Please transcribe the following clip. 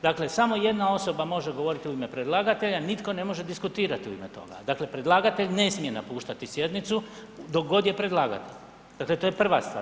Dakle samo jedna osoba može govoriti u ime predlagatelja, nitko ne može diskutirati u ime toga, dakle predlagatelj ne smije napuštati sjednicu dok god je predlagatelj, dakle to je prva stvar.